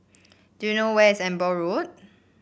do you know where is Amber Road